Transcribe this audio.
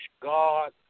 God